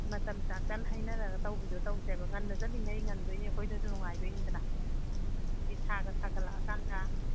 ꯃꯇꯝ ꯆꯞ ꯆꯥꯅ ꯍꯥꯏꯅꯔꯒ ꯇꯧꯕꯤꯗꯣ ꯇꯧꯁꯦꯕ ꯉꯟꯅ ꯆꯠꯂꯤꯉꯩ ꯉꯟꯗꯣꯏꯅꯦ ꯑꯩꯈꯣꯏꯗꯁꯨ ꯅꯨꯡꯉꯥꯏꯗꯣꯏꯅꯤꯗꯅ ꯑꯗꯒꯤ ꯁꯥꯒ ꯁꯥꯒꯠꯂꯛꯑ ꯀꯥꯟꯗ